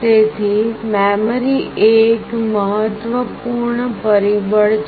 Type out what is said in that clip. તેથી મેમરી એ એક મહત્વપૂર્ણ પરિબળ છે